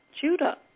Judah